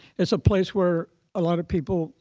and so place where a lot of people